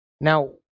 Now